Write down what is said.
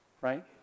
right